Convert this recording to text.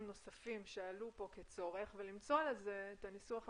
נוספים שעלו פה כצורך ולמצוא לזה את הניסוח המתאים.